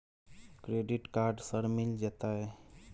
Credit card sir मिल जेतै?